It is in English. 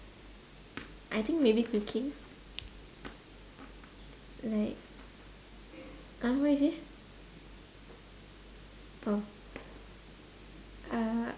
I think maybe cooking like um what you say oh uh